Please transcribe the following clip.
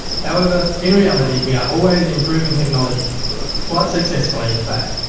however, in reality we are always improving technology quite successfully in fact.